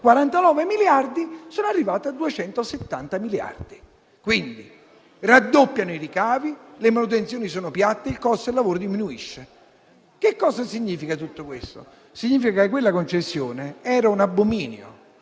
249 miliardi, sono arrivate a 270 miliardi. Quindi raddoppiano i ricavi, le manutenzioni sono piatte e il costo del lavoro diminuisce. Che cosa significa tutto questo? Significa che quella concessione era un abominio.